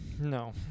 No